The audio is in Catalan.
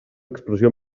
expressió